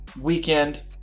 weekend